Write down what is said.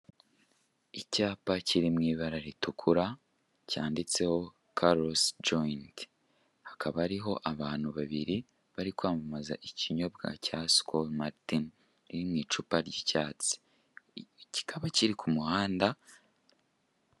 Icyapa kiri mw'ibara ritukura cyanditseho karosi joyinti, hakaba hariho abantu babiri bari kwamamaza ikinyobwa cya sikoro maritini iri mw'icupa ry'icyatsi, kikaba kiri ku muhanda.